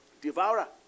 Devourer